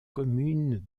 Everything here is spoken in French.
commune